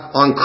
on